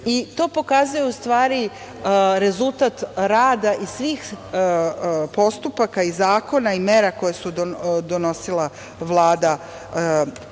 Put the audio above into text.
i to pokazuje u stvari rezultat rada i svih postupaka i zakona i mera koje su donosile vlade Ane